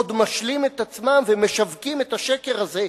עוד משלים את עצמם ומשווקים את השקר הזה,